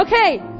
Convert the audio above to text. Okay